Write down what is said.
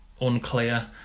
unclear